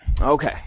Okay